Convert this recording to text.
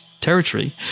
Territory